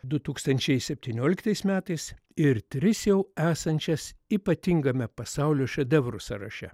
du tūkstančiai septynioliktais metais ir tris jau esančias ypatingame pasaulio šedevrų sąraše